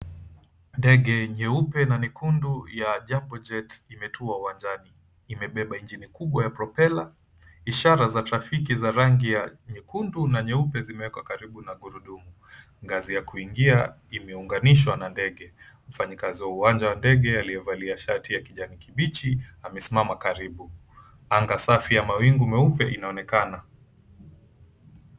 Ndege nyeupe na nyekundu ya jambo jet imetua uwanjani. Imebeba injini kubwa ya propela, ishara za trafiki za rangi nyekundu na nyeupe zimewekwa karibu na ghurudumu. Ngazi ya kuingia imeunganishwa na ndege. Mfanyikazi wa uwanja wa ndege aliyevalia shati ya kijani kibichi amesimama karibu. Anga safi ya mawingu meupe inaonekana.